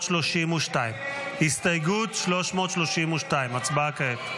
332. 332. הסתייגות 332, ההצבעה כעת.